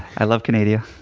i love canadia.